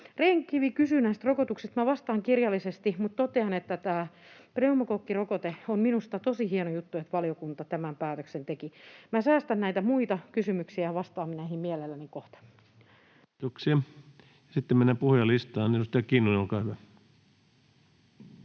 Rehn-Kivi kysyi näistä rokotuksista. Vastaan kirjallisesti, mutta totean tästä pneumokokkirokotteesta, että on minusta tosi hieno juttu, että valiokunta tämän päätöksen teki. Säästän näitä muita kysymyksiä, ja vastaan näihin mielelläni kohta. Kiitoksia. — Sitten mennään puhujalistaan. — Edustaja Kinnunen, olkaa hyvä.